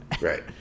right